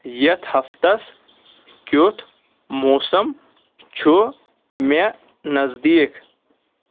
یتھ ہفتس کِیُتھ موسم چُھ مےٚ نٔزدٖیک